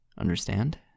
Understand